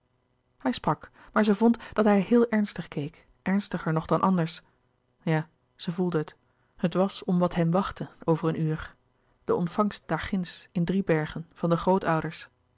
hij sprak maar zij vond dat hij heel ernstig keek ernstiger nog dan anders ja zij voelde het het was om wat hen wachtte over een uur de ontvangst daar ginds in driebergen van de grootouders